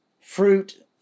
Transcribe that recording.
fruit